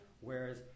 whereas